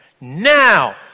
Now